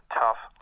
tough